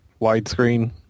widescreen